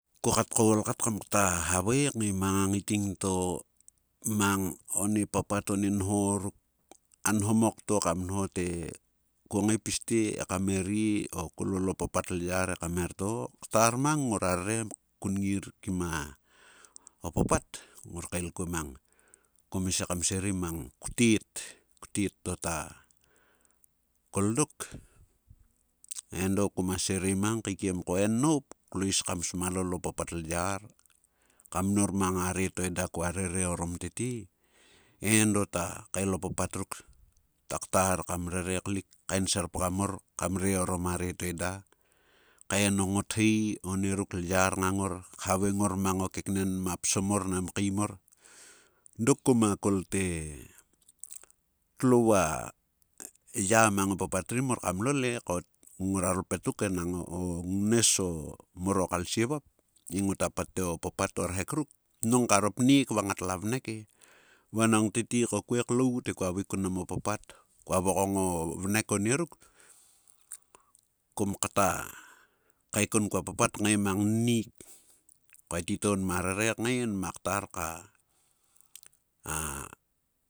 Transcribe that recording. Ko kat kaol kat kam kta havae kngae mang a ngaiting to mang one papat one nho ruk a nho mok to kam nho te. ko ngae pis te ekam erie o kolol o papat lyar ekam erieto? Ktar mang ngo ra rere kkun ngir kima o papat ngor kael kuo mang. Kome sei kam sirei kam serei mang ktuet. Ktuet to ta kol dok, edo koma sirei mang kaikiem ko en noup klois kam sma lol o papat lyar ka mnor mnor mang a re to eda kua rere orom tete. he. eda t akael o papat ruk. Ta ktar kam rere kli, taken serpgam mor, kam kam re orom a re to eda. tkaen o ngothei onie ruk lyar nagng ngor. khavaeng ngor mang o keknen. nma psom mor. nam kaim mor. Dok koma kolte ho vua ya mang o papat ri mor kam lol e ko- ngora ro lpetuk enang o ngnues o-mor o kalsie vop he ngota pat te o papat o rhek ruk. nang karo pneik va ngatla vnek e. Vanang tete ko kue klaut he kua vaik kun mnam o papat. kua vokong o vnek onieruk. kom kata kaekon kua papat kngae mang nniik. Ko e titou nma rere kngae nma ktar ka